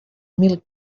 mil